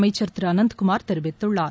அமைச்சர் திரு அனந்த் குமார் தெரிவித்துள்ளார்